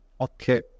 Okay